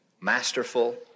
masterful